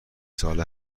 ساله